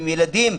עם ילדים,